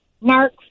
Mark